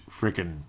freaking